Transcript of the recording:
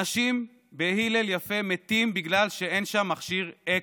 אנשים בהלל יפה מתים בגלל שאין שם מכשיר אקמו,